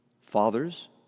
fathers